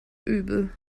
übel